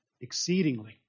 exceedingly